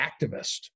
activist